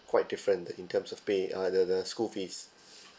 quite different uh in terms of pay uh the the school fees